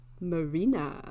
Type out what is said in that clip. Marina